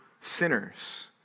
sinners